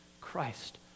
Christ